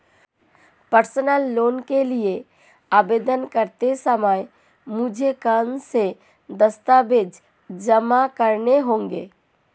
Personal loan के लिए आवेदन करते समय मुझे कौन से दस्तावेज़ जमा करने होंगे?